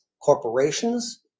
corporations